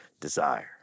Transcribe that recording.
desire